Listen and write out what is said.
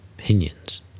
Opinions